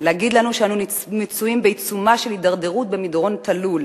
להגיד לנו שאנו מצויים בעיצומה של הידרדרות במדרון תלול.